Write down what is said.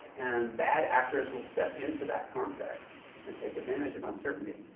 and bad actors will step into that context and take advantage of uncertainty.